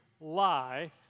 lie